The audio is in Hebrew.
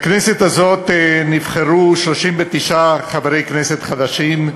לכנסת הזאת נבחרו 39 חברי כנסת חדשים,